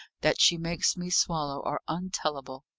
that she makes me swallow, are untellable.